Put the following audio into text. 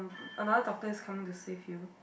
another doctor is coming to save you